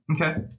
okay